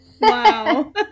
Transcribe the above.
wow